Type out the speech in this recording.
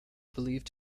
believed